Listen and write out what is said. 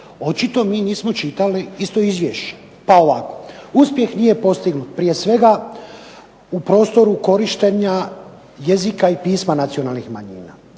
Očito mi nismo čitali isto izvješće. Pa ovako. Uspjeh nije postignut prije svega u prostoru korištenja jezika i pisma nacionalnih manjina,